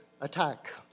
attack